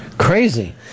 crazy